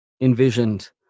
envisioned